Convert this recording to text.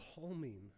calming